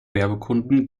werbekunden